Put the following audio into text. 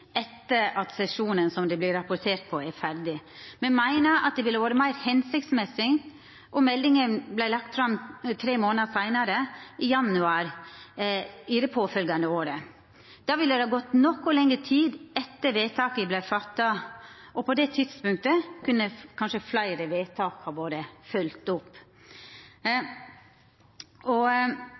etter at sesjonen som det vert rapportert om, er ferdig. Me meiner at det ville vore meir føremålstenleg om meldinga vart lagd fram tre månader seinare – i januar det påfølgjande året. Då ville det ha gått noko lengre tid etter at vedtaket var gjort, og på det tidspunktet kunne kanskje fleire vedtak ha vore følgde opp.